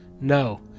No